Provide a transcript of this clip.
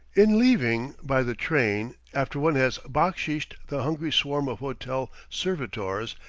in leaving by the train, after one has backsheeshed the hungry swarm of hotel servitors,